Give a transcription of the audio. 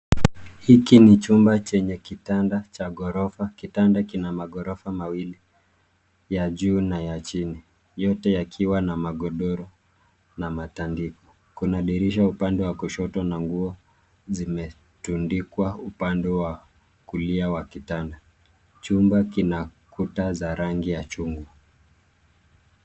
Hiki ni chumba chenye kitanda cha ghorofa. Kitanda kina maghorofa mawili ya juu na ya chini yote yakiwa na magodoro na matandiko. Kuna dirisha upande wa kushoto na nguo zimetundikwa upande wa kulia wa kitanda. Chumba kina kuta za rangi ya chungwa.